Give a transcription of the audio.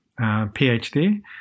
PhD